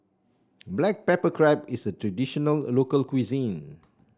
Black Pepper Crab is a traditional local cuisine